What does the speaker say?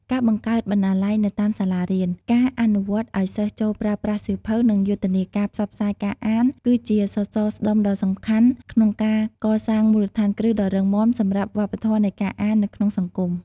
ការបង្កើតបណ្ណាល័យនៅតាមសាលារៀន ការអនុញ្ញាតឱ្យសិស្សចូលប្រើប្រាស់សៀវភៅ និងយុទ្ធនាការផ្សព្វផ្សាយការអាន គឺជាសសរស្តម្ភដ៏សំខាន់ក្នុងការកសាងមូលដ្ឋានគ្រឹះដ៏រឹងមាំសម្រាប់វប្បធម៌នៃការអាននៅក្នុងសង្គម។